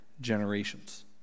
generations